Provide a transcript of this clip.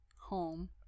home